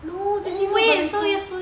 no jie qi 做 burrito